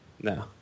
No